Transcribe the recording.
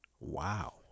Wow